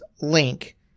Link